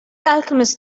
alchemist